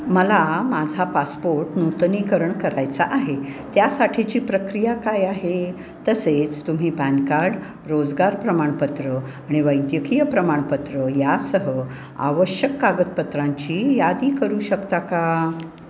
मला माझा पासपोट नूतनीकरण करायचा आहे त्यासाठीची प्रक्रिया काय आहे तसेच तुम्ही पॅन कार्ड रोजगार प्रमाणपत्र आणि वैद्यकीय प्रमाणपत्र यासह आवश्यक कागदपत्रांची यादी करू शकता का